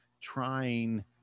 trying